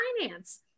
finance